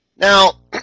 Now